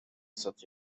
such